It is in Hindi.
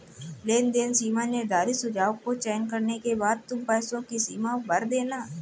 लेनदेन सीमा निर्धारित सुझाव को चयन करने के बाद तुम पैसों की सीमा भर देना